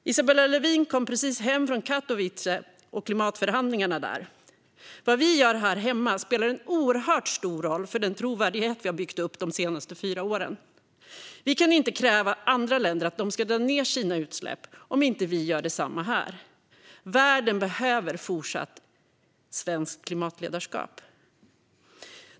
Isabella Lövin kom precis hem från Katowice och klimatförhandlingarna där. Vad vi gör här hemma spelar en oerhört stor roll för den trovärdighet vi har byggt upp de senaste fyra åren. Vi kan inte kräva av andra länder att de ska dra ned sina utsläpp om vi inte gör detsamma här. Världen behöver fortsatt svenskt klimatledarskap.